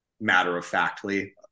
matter-of-factly